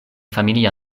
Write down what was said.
familia